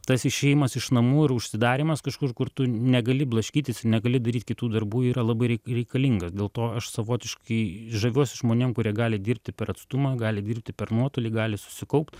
tas išėjimas iš namų ir užsidarymas kažkur kur tu negali blaškytis ir negali daryt kitų darbų yra labai reikalingas dėl to aš savotiškai žaviuosi žmonėm kurie gali dirbti per atstumą gali dirbti per nuotolį gali susikaupt